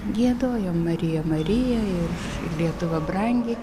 giedojom marija marija ir lietuva brangi